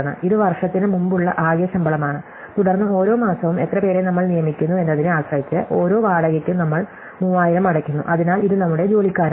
ഇത് വർഷത്തിന് മുമ്പുള്ള ആകെ ശമ്പളമാണ് തുടർന്ന് ഓരോ മാസവും എത്ര പേരെ നമ്മൾ നിയമിക്കുന്നു എന്നതിനെ ആശ്രയിച്ച് ഓരോ വാടകയ്ക്കും നമ്മൾ 3000 അടയ്ക്കുന്നു അതിനാൽ ഇത് നമ്മുടെ ജോലിക്കാരാണ്